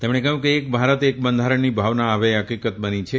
તેમણે કહ્યું કે એક ભારત એક બંધારણની ભાવના ફવે હકીકત બની છે